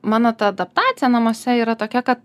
mano ta adaptacija namuose yra tokia kad